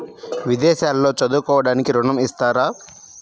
విదేశాల్లో చదువుకోవడానికి ఋణం ఇస్తారా?